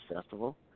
Festival